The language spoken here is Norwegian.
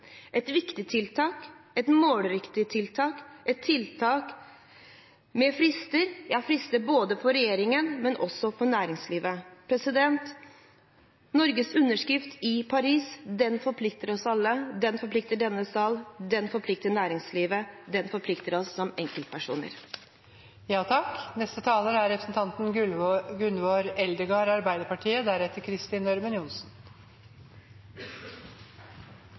et CO 2 -fond med miljøavtaler med næringslivet – et viktig tiltak, et målrettet tiltak, et tiltak med frister både for regjeringen og for næringslivet. Norges underskrift i Paris forplikter oss alle. Den forplikter denne sal, den forplikter næringslivet, den forplikter oss som enkeltpersoner.